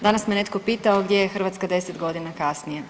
Danas me netko pitao gdje je Hrvatska 10 godina kasnije.